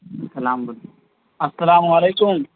السلام السلام علیکم